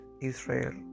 Israel